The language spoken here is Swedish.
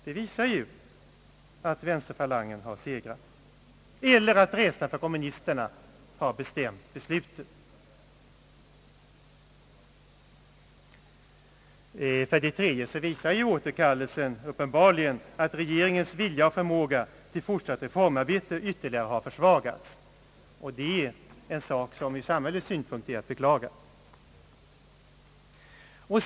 Det visar ju att vänsterfalangen har segrat eller att rädslan för kommunisterna har bestämt beslutet. För det tredje visar ju återkaillelsen uppenbarligen att regeringens vilja och förmåga till fortsatt reformarbete har ytterligare försvagats, och det är en sak som ur samhällets synpunkt är att beklaga.